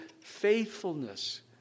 faithfulness